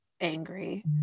angry